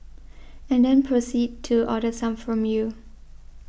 and then proceed to order some from you